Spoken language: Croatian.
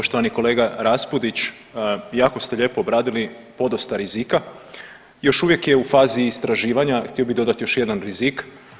Poštovani kolega Raspudić jako ste lijepo obradili podosta rizika, još uvijek je u fazi istraživanja, htio bi dodati još jedan rizik.